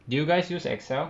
do you guys use excel